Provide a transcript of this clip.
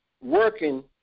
working